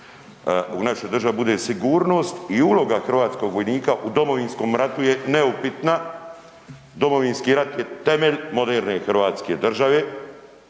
u našoj državi bude sigurnost i uloga hrvatskog vojnika u Domovinskom ratu je neupitna. Domovinski rat je temelj moderne hrvatske države